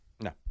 No